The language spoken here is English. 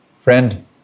Friend